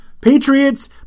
Patriots